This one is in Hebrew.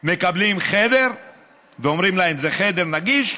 מקבלים חדר ואומרים להם: זה חדר נגיש,